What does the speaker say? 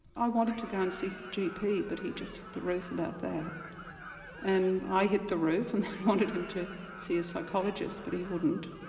i wanted to go and gp but he just hit the roof about that and i hit the roof and wanted him to see a psychologist but he wouldn't.